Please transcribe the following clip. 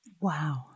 Wow